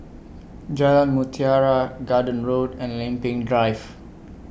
Jalan Mutiara Garden Road and Lempeng Drive